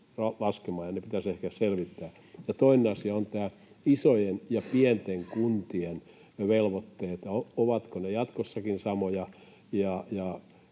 laskemaan, ja ne pitäisi ehkä selvittää. Toinen asia on isojen ja pienten kuntien velvoitteet, ovatko ne jatkossakin samoja.